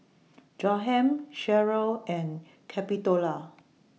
Jaheim Sheryll and Capitola